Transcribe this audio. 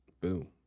boom